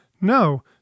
No